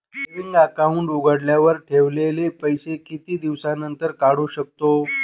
Saving account उघडल्यावर ठेवलेले पैसे किती दिवसानंतर काढू शकतो?